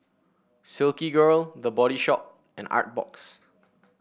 Silkygirl The Body Shop and Artbox